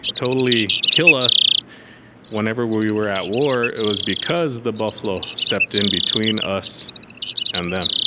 totally kill us whenever we were at war, it was because the buffalo stepped in between us and them.